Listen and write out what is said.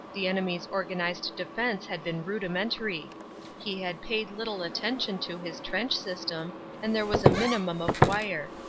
the enemy's organ ized defense had been rudimentary he had paid little atten tion to his trench system and there was a minimum of wire.